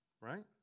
right